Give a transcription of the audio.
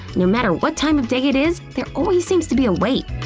no matter what time of day it is there always seems to be a wait!